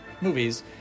movies